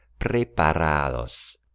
Preparados